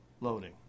Loading